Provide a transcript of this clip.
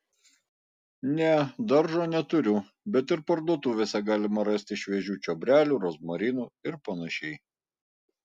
ne daržo neturiu bet ir parduotuvėse galima rasti šviežių čiobrelių rozmarinų ir panašiai